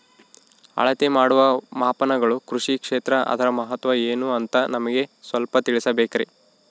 ಅಳತೆ ಮಾಡುವ ಮಾಪನಗಳು ಕೃಷಿ ಕ್ಷೇತ್ರ ಅದರ ಮಹತ್ವ ಏನು ಅಂತ ನಮಗೆ ಸ್ವಲ್ಪ ತಿಳಿಸಬೇಕ್ರಿ?